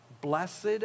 Blessed